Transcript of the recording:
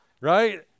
Right